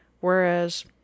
whereas